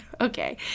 okay